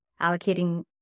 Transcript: allocating